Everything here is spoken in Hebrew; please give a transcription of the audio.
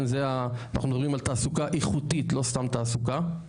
אנחנו מדברים על תעסוקה איכותית לא סתם תעסוקה,